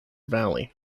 valley